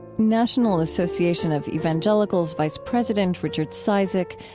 national association of evangelicals vice president richard cizik.